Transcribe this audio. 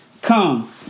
Come